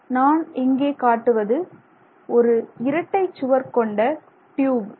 நான் இங்கே காட்டுவது ஒரு இரட்டைச் சுவர் கொண்ட டியூப்